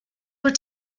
were